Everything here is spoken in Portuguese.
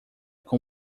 com